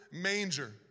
manger